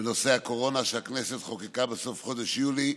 בנושא הקורונה שהכנסת חוקקה בסוף חודש יולי,